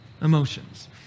emotions